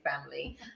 family